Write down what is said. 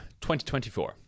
2024